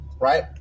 right